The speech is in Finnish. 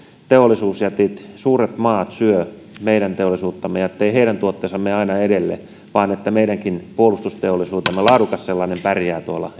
teollisuusjätit suuret maat syö meidän teollisuuttamme ja etteivät heidän tuotteensa mene aina edelle vaan että meidänkin puolustusteollisuutemme laadukas sellainen pärjää tuolla